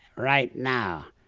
right now,